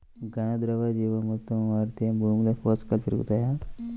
ఘన, ద్రవ జీవా మృతి వాడితే భూమిలో పోషకాలు పెరుగుతాయా?